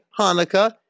Hanukkah